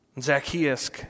Zacchaeus